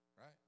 right